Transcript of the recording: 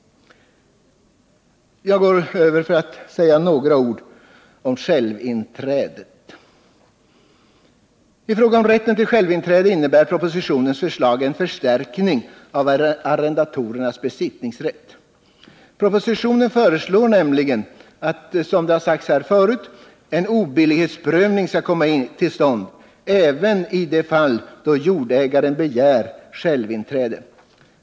Jag går sedan över till att säga några ord om självinträdet. I fråga om rätten till självinträde innebär propositionens förslag en förstärkning av arrendatorns besittningsrätt. Propositionen föreslår nämligen, som det har sagts här förut, att en obillighetsprövning skall komma till stånd även i de fall då jordägaren begär självinträde.